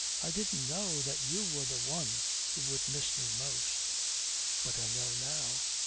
i didn't know that you were the one who would miss me most but i know now